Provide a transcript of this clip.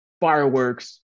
fireworks